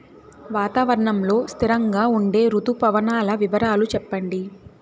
వాతావరణం లో స్థిరంగా ఉండే రుతు పవనాల వివరాలు చెప్పండి?